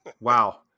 Wow